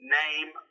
name